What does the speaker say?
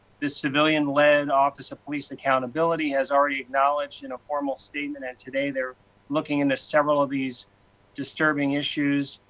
this civilian led office police accout ability has already acknowledged in a formal statement and today, they are looking into several of these disturbing issues,